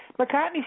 McCartney